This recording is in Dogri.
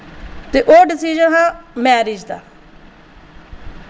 ते ओह् डिसिजन हा मैरिज दा